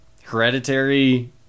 hereditary